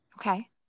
Okay